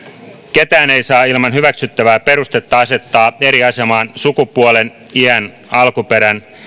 ketään ei saa ilman hyväksyttävää perustetta asettaa eri asemaan sukupuolen iän alkuperän